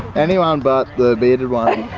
anyone but the bearded one!